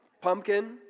pumpkin